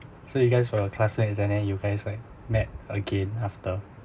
so you guys for your classmates and then you guys got met again after